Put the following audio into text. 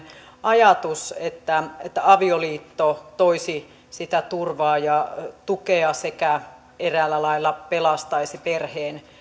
ajatus että että avioliitto toisi sitä turvaa ja tukea sekä eräällä lailla pelastaisi perheen